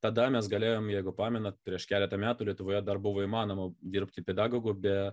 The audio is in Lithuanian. tada mes galėjom jeigu pamenat prieš keletą metų lietuvoje dar buvo įmanoma dirbti pedagogu be